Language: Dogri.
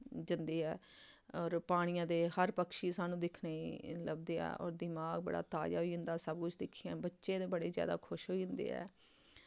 जंदे ऐ होर पानिया दे हर पक्षी सानूं दिक्खने गी लब्भदे ऐ होर दमाग बड़ा ताजा होई जंदा सब कुछ दिक्खियै बच्चे ते बड़े जैदा खुश होई जंदे ऐ